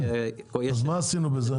אז מה עשינו בזה?